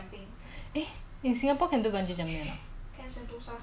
if we are going to die tomorrow I'm going to stay at the world richest ho~ not the world